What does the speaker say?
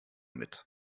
mit